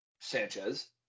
Sanchez